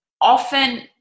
Often